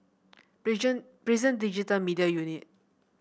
Prison Digital Media Unit